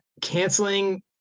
canceling